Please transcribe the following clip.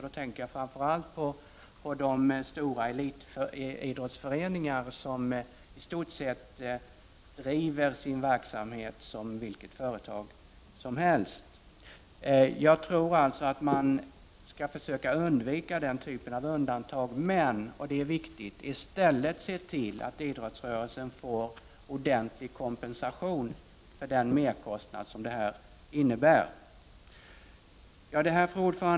Då tänker jag framför allt på de stora elitidrottsföreningar som i stort sett driver sin verksamhet som vilket företag som helst. Jag tror alltså att man skall försöka att undvika den typen av undantag men — och det är viktigt — i stället se till att idrottsrörelsen får ordentlig kompensation för den merkostnad som det här innebär. Fru talman!